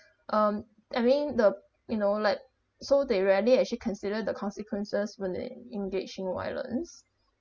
um I mean the you know like so they rarely actually consider the consequences when they engage in violence